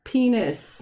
Penis